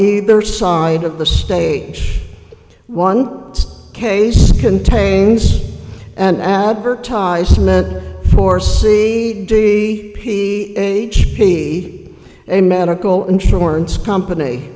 either side of the stage one case contains an advertisement for c d p n h p a medical insurance company